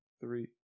three